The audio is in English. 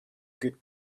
good